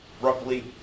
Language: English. roughly